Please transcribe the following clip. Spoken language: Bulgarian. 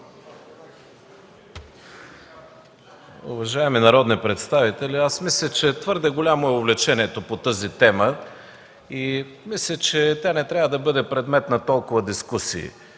Уважаеми народни представители, твърде голямо е увлечението по тази тема. Мисля, че тя не трябва да бъде предмет на толкова дискусии.